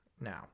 now